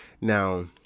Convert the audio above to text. Now